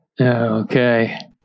Okay